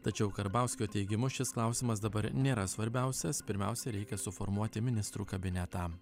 tačiau karbauskio teigimu šis klausimas dabar nėra svarbiausias pirmiausiai reikia suformuoti ministrų kabinetą